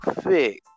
fix